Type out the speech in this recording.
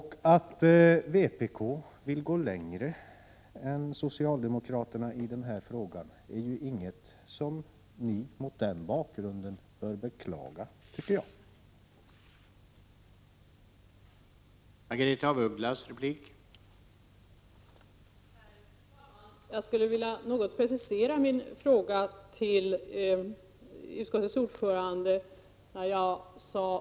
Att vpk vill gå längre än socialdemokraterna i den här frågan är mot den bakgrunden inget som ni bör beklaga, tycker jag.